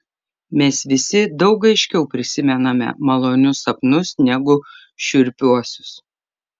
mes visi daug aiškiau prisimename malonius sapnus negu šiurpiuosius